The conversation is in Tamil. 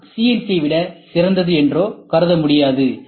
எம் சிஎன்சி ஐ விட சிறந்தது என்றோ கருதமுடியாது